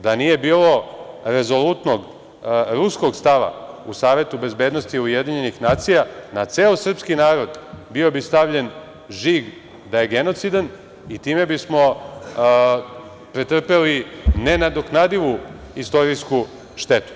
Da nije bilo rezolutnog ruskog stava u Savetu bezbednosti UN na ceo srpski narod bio bi stavljen žig da je genocidan i time bismo pretrpeli nenadoknadivu istorijsku štetu.